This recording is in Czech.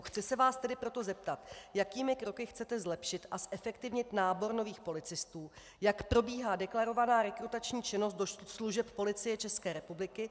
Chci se vás tedy proto zeptat, jakými kroky chcete zlepšit a zefektivnit nábor nových policistů, jak probíhá deklarovaná rekrutační činnost do služeb Policie České republiky.